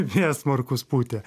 vėjas smarkus pūtė